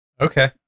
Okay